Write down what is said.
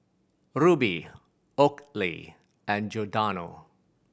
Rubi Oakley and Giordano